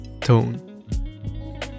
Tone